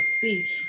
see